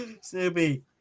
Snoopy